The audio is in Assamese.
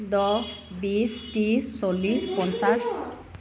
দহ বিছ ত্ৰিছ চল্লিছ পঞ্চাছ